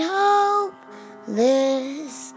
hopeless